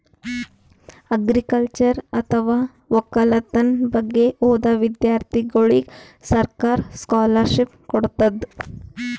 agriculture ಅಥವಾ ವಕ್ಕಲತನ್ ಬಗ್ಗೆ ಓದಾ ವಿಧ್ಯರ್ಥಿಗೋಳಿಗ್ ಸರ್ಕಾರ್ ಸ್ಕಾಲರ್ಷಿಪ್ ಕೊಡ್ತದ್